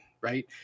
right